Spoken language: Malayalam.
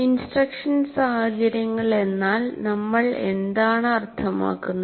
ഇൻസ്ട്രക്ഷൻ സാഹചര്യങ്ങൾ എന്നാൽ നമ്മൾ എന്താണ് അർത്ഥമാക്കുന്നത്